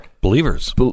Believers